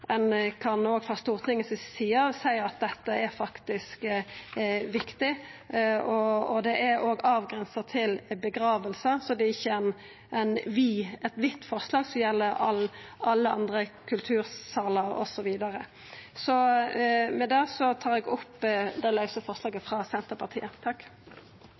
ein òg frå Stortingets side kan seia at dette faktisk er viktig. Det er òg avgrensa til gravferder, så det er ikkje eit vidt forslag som gjeld alle andre kultursalar osv. Med det tar eg opp det lause forslaget frå Senterpartiet.